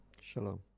Shalom